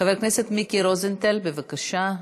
חבר הכנסת מיקי רוזנטל, בבקשה.